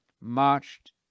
marched